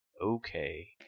Okay